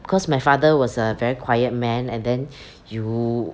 cause my father was a very quiet man and then you